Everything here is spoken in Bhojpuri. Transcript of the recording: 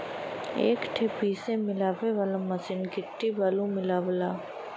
एक ठे पीसे मिलावे वाला मसीन गिट्टी बालू मिलावला